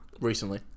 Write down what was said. recently